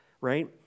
right